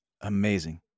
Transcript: Amazing